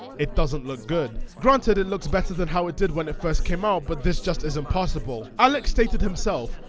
it doesn't look good. granted it looks better than how it did when it first came out but this just isn't passable. alex stated himself,